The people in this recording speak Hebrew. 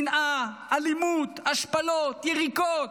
שנאה, אלימות, השפלות, יריקות,